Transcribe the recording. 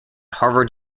harvard